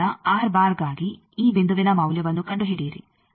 ಆದ್ದರಿಂದ ಗಾಗಿ ಈ ಬಿಂದುವಿನ ಮೌಲ್ಯವನ್ನು ಕಂಡುಹಿಡಿಯಿರಿ